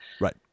Right